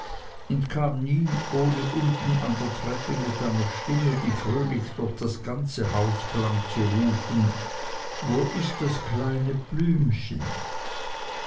und kam nie ohne unten an der treppe mit einer stimme die fröhlich durch das ganze haus klang zu rufen wo ist das kleine blümchen